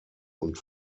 und